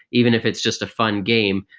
even if it's just a fun game.